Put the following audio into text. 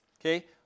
Okay